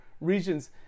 regions